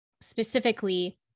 specifically